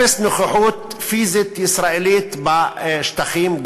אפס נוכחות פיזית ישראלית בשטחים,